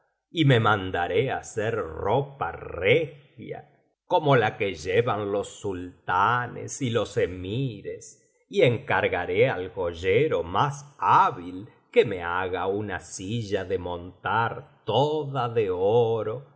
y me mandaré hacer ropa regia como la que llevan los biblioteca valenciana generalitat valenciana las mil noches y una noche sultanes y los emires y encargaré al joyero más hábil que me haga una silla de montar toda ele oro con